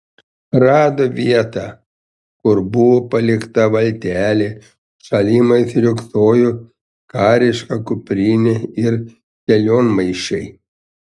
rado vietą kur buvo palikta valtelė šalimais riogsojo kariška kuprinė ir kelionmaišiai